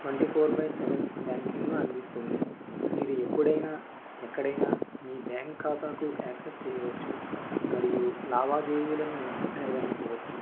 twenty four by seven banking ను అందిస్తుంది మీరు ఎప్పుడైనా ఎక్కడైనా మీ బ్యాంక్ ఖాతాకు యాక్సస్ చేయవచ్చు మరియు లావాదేవీలను నిర్వహించవచ్చు